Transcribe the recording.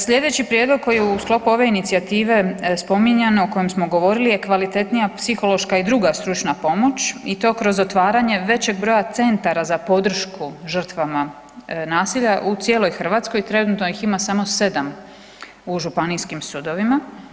Slijedeći prijedlog koji je u sklopu ove inicijative spominjan o kojem smo govorili je kvalitetnija psihološka i druga stručna pomoć i to kroz otvaranje većeg broja centara za podršku žrtvama nasilja u cijeloj Hrvatskoj, trenutno ih ima samo 7 u županijskim sudovima.